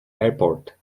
airport